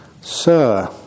Sir